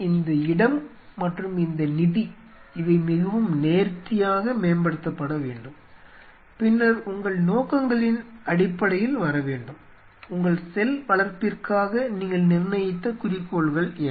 இந்த இடம் மற்றும் இந்த நிதி இவை மிகவும் நேர்த்தியாக மேம்படுத்தப்பட வேண்டும் பின்னர் உங்கள் நோக்கங்களின் அடிப்படையில் வர வேண்டும் உங்கள் செல் வளர்ப்பிற்காக நீங்கள் நிர்ணயித்த குறிக்கோள்கள் என்ன